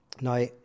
Now